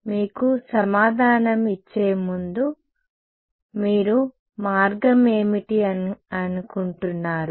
కాబట్టి మీకు సమాధానం ఇచ్చే ముందు మీరు మార్గం ఏమిటి అని అనుకుంటున్నారు